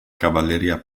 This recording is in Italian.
cavalleria